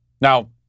Now